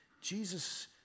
Jesus